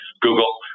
Google